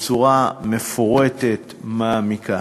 בצורה מפורטת, מעמיקה.